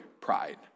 pride